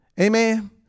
amen